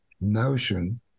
notion